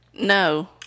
no